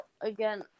again